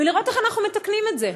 ולראות איך אנחנו מתקנים את זה.